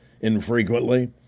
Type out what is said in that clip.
infrequently